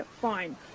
fine